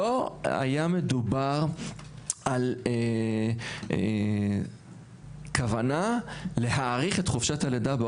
לא היה מדובר על כוונה להאריך את חופשת הלידה באופן מלאכותי.